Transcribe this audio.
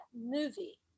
movie